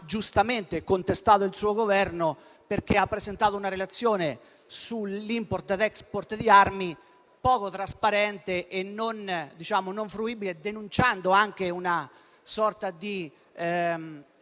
giustamente contestato il suo Governo perché ha presentato una relazione sull'*import-export* di armi poco trasparente e non fruibile, denunciando una sorta di